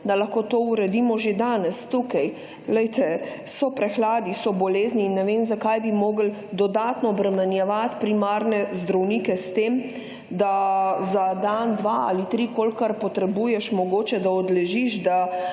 da lahko to uredimo že danes, tukaj. Glejte, so prehladi, so bolezni in ne vem zakaj bi mogli dodatno obremenjevati primarne zdravnike s tem, da za dan, dva ali tri kolikor potrebuješ mogoče da odležiš, da